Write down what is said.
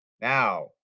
Now